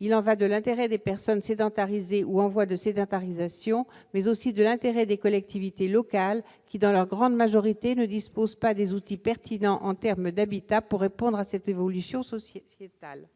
Il y va de l'intérêt non seulement des personnes sédentarisées ou en voie de sédentarisation, mais aussi des collectivités locales, qui, dans leur grande majorité, ne disposent pas des outils pertinents en termes d'habitat pour répondre à cette évolution sociétale.